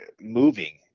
moving